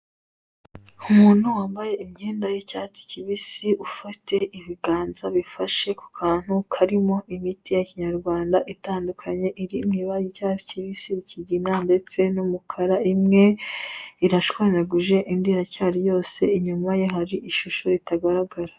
Umuntu wambaye imyenda y'icyatsi kibisi ufite ibiganza bifashe ku kantu karimo imiti ya Kinyarwanda itandukanye, iri mu ibara ry' icyatsi kibisi n'ikigina ndetse n'umukara, imwe irashwanyaguje indi iracyari yose inyuma ye hari ishusho itagaragara.